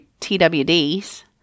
TWDs